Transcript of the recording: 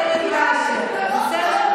(אומרת מילים בשפה הפולנית.) בסדר?